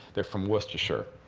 they're from worcestershire.